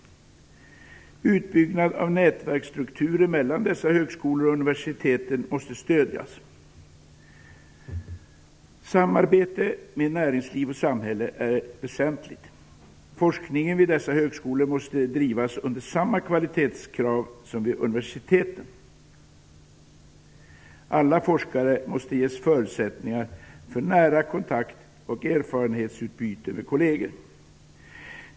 Utbyggnad av nätverksstrukturer mellan dessa högskolor och universiteten måste stödjas. Samarbete med näringsliv och samhälle är väsentligt. Forskningen vid dessa högskolor måste drivas under samma kvalitetskrav som vid universiteten. Alla forskare måste ges förutsättningar för kontakt och erfarenhetsutbyte med kolleger.